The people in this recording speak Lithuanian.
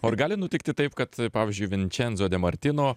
o ar gali nutikti taip kad pavyzdžiui vinčenzo de martino